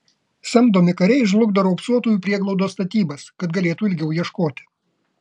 samdomi kariai žlugdo raupsuotųjų prieglaudos statybas kad galėtų ilgiau ieškoti